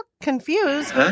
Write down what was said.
confused